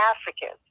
Africans